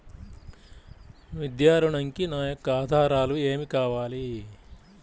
విద్యా ఋణంకి నా యొక్క ఆధారాలు ఏమి కావాలి?